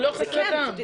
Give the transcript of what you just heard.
זה לא חסר טעם.